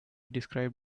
described